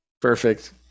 Perfect